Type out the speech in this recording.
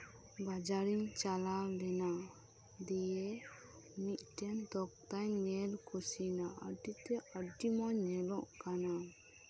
ᱵᱟᱡᱟᱨᱤᱧ ᱪᱟᱞᱟᱣ ᱞᱮᱱᱟ ᱫᱤᱭᱮ ᱢᱤᱫᱴᱮᱱ ᱛᱚᱠᱛᱟᱹᱧ ᱧᱮᱞ ᱠᱩᱥᱤᱭᱮᱱᱟ ᱟᱹᱰᱤ ᱛᱮᱫ ᱟᱹᱰᱤ ᱢᱚᱸᱡᱽ ᱧᱮᱞᱚᱜ ᱠᱟᱱᱟ